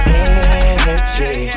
energy